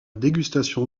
dégustation